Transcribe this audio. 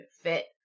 fit